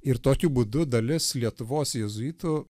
ir tokiu būdu dalis lietuvos jėzuitų